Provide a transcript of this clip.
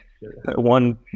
one